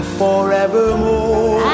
forevermore